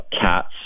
cats